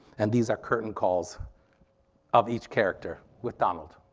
and these are curtain calls of each character with donald.